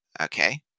Okay